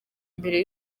mbere